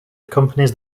accompanies